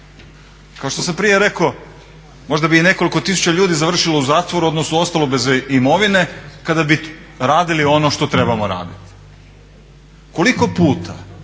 Kao što sam prije rekao, možda bi i nekoliko tisuća ljudi završilo u zatvoru, odnosno ostalo bez imovine kada bi radili ono što trebamo raditi. Koliko puta,